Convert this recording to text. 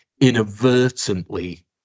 inadvertently